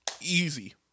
easy